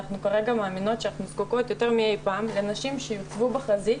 אנחנו כרגע מאמינות שאנחנו זקוקות יותר מאי פעם לנשים שיוצבו בחזית,